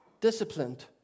disciplined